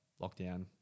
lockdown